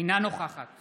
אינה נוכחת